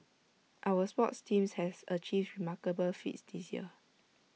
our sports teams have achieved remarkable feats this year